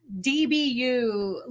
DBU